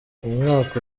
umwaka